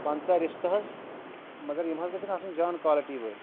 پنٛژاہ رِستہٕ حظ مگر یِم حظ گژھیٚن آسٕنۍ جان کالٹی وٲلۍ